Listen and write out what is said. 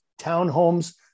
townhomes